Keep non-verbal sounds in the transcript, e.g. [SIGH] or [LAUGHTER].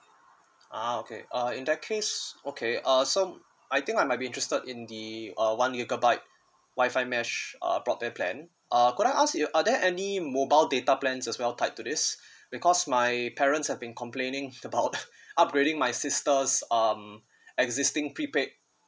ah okay uh in that case okay uh so I think I might be interested in the a one gigabyte Wi-Fi mesh uh broadband plan uh could I ask you are there any mobile data plans as well tied to this [BREATH] because my parents have been complaining about upgrading my sister's um existing prepaid